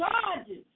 charges